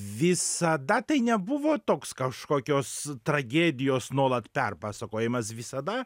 visada tai nebuvo toks kažkokios tragedijos nuolat perpasakojimas visada